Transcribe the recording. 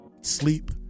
sleep